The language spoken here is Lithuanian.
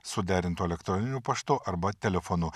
suderintu elektroniniu paštu arba telefonu